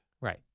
Right